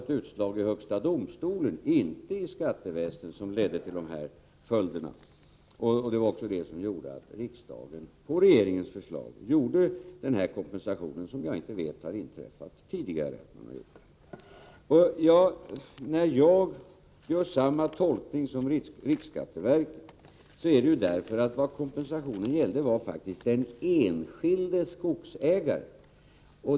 Ett utslag i högsta domstolen — inte inom skatteväsendet — ledde till detta resultat. Det var också det som gjorde att riksdagen på regeringens förslag beslutade om sådan här kompensation, något som jag inte tror har utgått tidigare. När jag gör samma tolkning som riksskatteverket är det därför att kompensationen faktiskt gällde den enskilde skogsägaren.